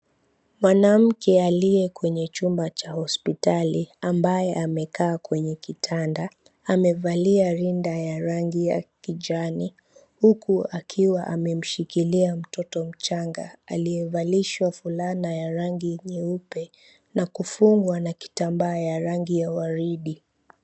Mwanamke aliye kwenye chumba cha hostpitali ambaye amekaa kwenye kitanda, amevalia rinda ya rangi ya kijani huku akiwa amemshikilia mtoto mchanga aliyevalishwa fulana ya rangi nyeupe na kufungwa na kitamba ya rangi ya waridi.